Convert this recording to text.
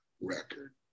record